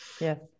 Yes